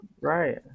Right